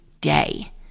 day